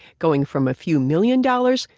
going from a few million dollars.